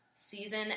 season